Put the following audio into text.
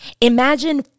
Imagine